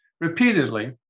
repeatedly